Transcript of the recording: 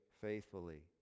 faithfully